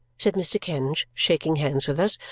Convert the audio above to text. said mr. kenge, shaking hands with us,